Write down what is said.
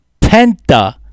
penta